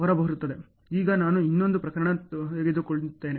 ಈಗ ನಾನು ಇನ್ನೊಂದು ಪ್ರಕರಣ ತೆಗೆದುಕೊಳ್ಳುತ್ತೇನೆ